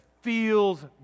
feels